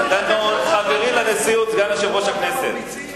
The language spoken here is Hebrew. חברי לנשיאות, סגן יושב-ראש הכנסת,